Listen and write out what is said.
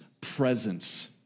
presence